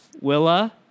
willa